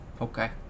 okay